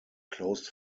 closed